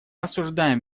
осуждаем